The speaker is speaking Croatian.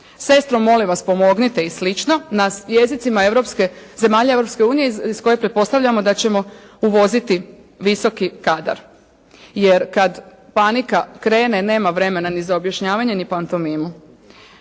sestro molim vas pomognite i sl. na jezicima europske, zemalja Europske unije iz koje pretpostavljamo da ćemo uvoziti visoki kadar. Jer kada panika krene, nema vremena ni za objašnjavanje ni pantomimu.